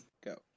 Go